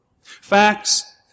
Facts